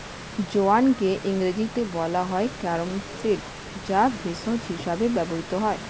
জোয়ানকে ইংরেজিতে বলা হয় ক্যারাম সিড যা ভেষজ হিসেবে ব্যবহৃত হয়